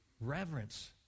reverence